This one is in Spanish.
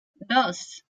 dos